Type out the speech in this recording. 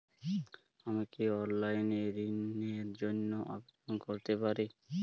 আমি কি অনলাইন এ ঋণ র জন্য আবেদন করতে পারি?